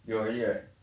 you already right